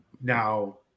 now